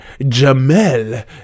Jamel